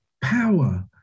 power